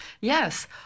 Yes